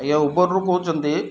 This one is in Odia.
ଆଜ୍ଞା ଉବେରରୁ କହୁଛନ୍ତି